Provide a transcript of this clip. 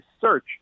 search